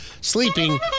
sleeping